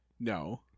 No